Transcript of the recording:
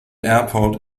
airport